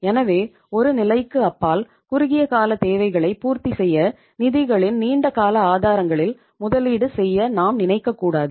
எனவே ஒரு நிலைக்கு அப்பால் குறுகிய கால தேவைகளை பூர்த்தி செய்ய நிதிகளின் நீண்ட கால ஆதாரங்களில் முதலீடு செய்ய நாம் நினைக்கக்கூடாது